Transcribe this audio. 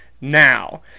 now